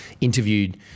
interviewed